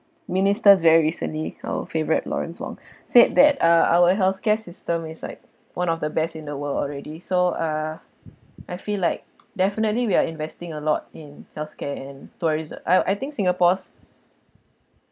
ministers very recently our favourite lawrence wong said that uh our healthcare system is like one of the best in the world already so uh I feel like definitely we are investing a lot in healthcare and touris~ I I think singapore's